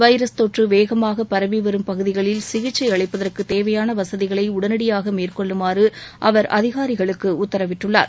virus தொற்று வேகமாக பரவிவரும் பகுதிகளில் சிகிச்சை அளிப்பதற்கு தேவையான வசதிகளை உடனடியாக மேற்கொள்ளுமாறு அவர் அதிகாரிகளுக்கு உத்தரவிட்டுள்ளார்